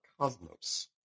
Cosmos